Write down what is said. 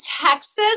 Texas